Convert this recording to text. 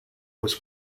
was